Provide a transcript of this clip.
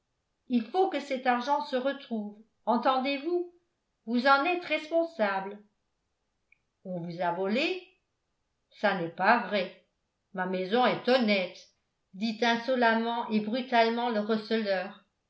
il faut que cet argent se retrouve entendez-vous vous en êtes responsable on vous a volée ça n'est pas vrai ma maison est honnête dit insolemment et brutalement le receleur